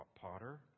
potter